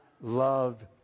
love